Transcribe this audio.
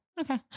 okay